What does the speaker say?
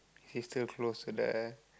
he's still close to the